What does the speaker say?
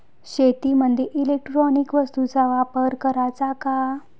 शेतीमंदी इलेक्ट्रॉनिक वस्तूचा वापर कराचा का?